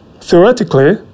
theoretically